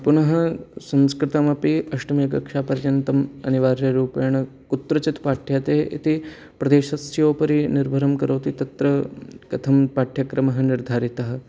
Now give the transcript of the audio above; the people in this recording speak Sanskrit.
पुनः संस्कृतमपि अष्टमिकक्षापर्यन्तम् अनिवार्यरूपेण कुत्रचित् पाठ्यते इति प्रदेशस्य उपरि निर्भरं करोति तत्र कथं पाठ्यक्रमः निर्धारितः